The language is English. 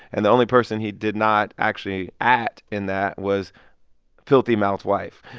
and the only person he did not actually at in that was filthy-mouthed wife.